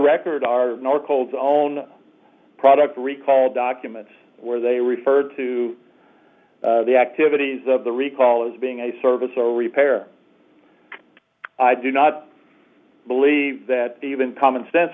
record are your calls on product recall documents where they referred to the activities of the recall as being a service or repair i do not believe that even common sense